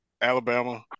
Alabama